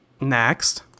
Next